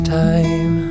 time